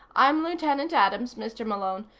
i'm lieutenant adams, mr. malone.